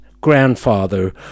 grandfather